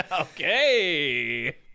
Okay